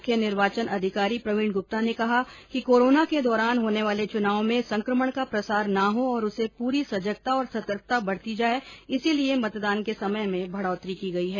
मुख्य निर्वाचन अधिकारी प्रवीण गुप्ता ने कहा कि कोरोना के दौरान होने वाले चुनाव में संक्रमण का प्रसार ना हो और पूरी सजगता और सतर्कता बरती जाए इसीलिए मतदान के समय में बढ़ोतरी की गई है